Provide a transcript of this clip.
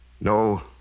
No